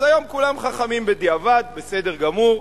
אז היום כולם חכמים בדיעבד, בסדר גמור,